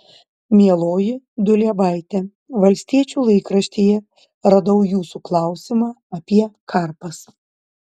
mieloji duliebaite valstiečių laikraštyje radau jūsų klausimą apie karpas